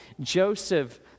Joseph